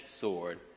sword